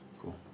Cool